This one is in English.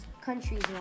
countries